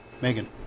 Megan